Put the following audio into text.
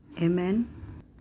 Amen